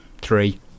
Three